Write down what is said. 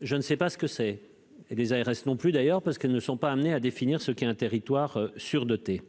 je ne sais pas ce que cela veut dire, et les ARS non plus d'ailleurs puisqu'elles ne sont pas amenées à définir ce qu'est un territoire surdoté !